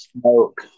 smoke